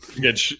Get